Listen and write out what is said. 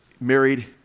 married